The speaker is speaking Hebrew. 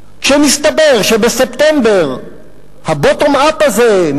כשמסתבר שבספטמבר ה-bottom up הזה,